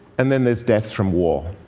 and then there are deaths from war.